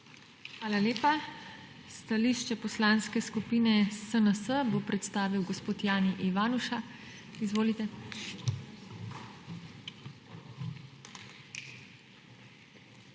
Hvala lepa. Stališče Poslanske skupine SNS bo predstavil gospod Jani Ivanuša. Izvolite.